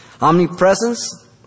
Omnipresence